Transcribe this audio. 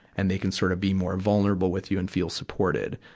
and they can sort of be more vulnerable with you and feel supported.